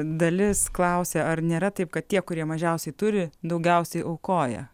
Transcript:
dalis klausė ar nėra taip kad tie kurie mažiausiai turi daugiausiai aukoja